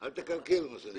אל תקלקל, מה שנקרא...